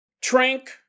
Trank